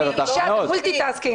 אני אישה Multi-tasking.